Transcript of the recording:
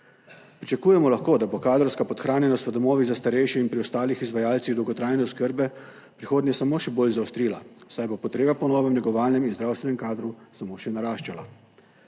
Pričakujemo lahko, da se bo kadrovska podhranjenost v domovih za starejše in pri ostalih izvajalcih dolgotrajne oskrbe v prihodnje samo še bolj zaostrila, saj bo potreba po novem negovalnem in zdravstvenem kadru samo še naraščala.